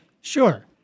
Sure